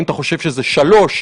האם אתה חושב שזה 3?